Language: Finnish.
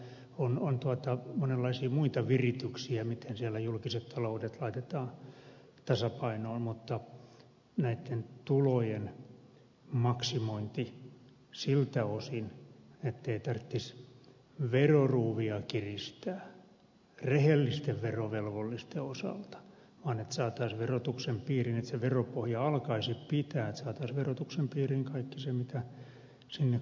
kyllä siellä on monenlaisia muita virityksiä miten siellä julkiset taloudet laitetaan tasapainoon mutta ei näitten tulojen maksimointia siltä osin ettei tarvitsisi veroruuvia kiristää rehellisten verovelvollisten osalta vaan että veropohja alkaisi pitää ja saataisiin verotuksen piiriin kaikki se mitä sinne kuuluukin